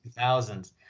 2000s